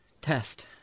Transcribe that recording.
test